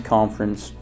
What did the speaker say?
Conference